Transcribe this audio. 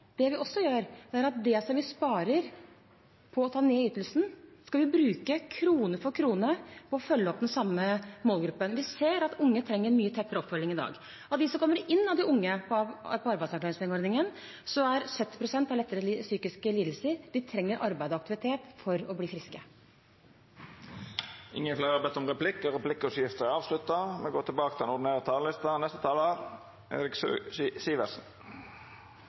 jeg er også for arbeidsavklaringspengeordningen. I tillegg: Det vi også gjør, er at det vi sparer på å ta ned ytelsen, skal vi bruke krone for krone til å følge opp den samme målgruppen. Vi ser at unge trenger mye tettere oppfølging i dag. Av de unge som kommer inn på arbeidsavklaringspengeordningen, har 70 pst. lettere psykiske lidelser. De trenger arbeid og aktivitet for å bli friske. Replikkordskiftet er